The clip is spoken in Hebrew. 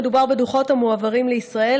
מדובר בדוחות המועברים לישראל,